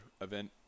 event